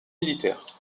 militaires